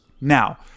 Now